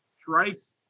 strikes